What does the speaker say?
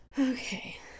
Okay